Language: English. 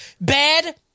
bad